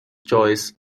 joyous